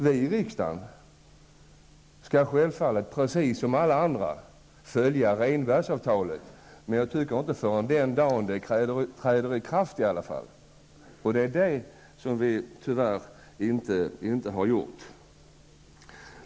Vi i riksdagen skall självfallet, precis som alla andra, följa Rehnbergsavtalet, men vi skall inte göra det innan det träder i kraft. Det är tyvärr det som vi har gjort.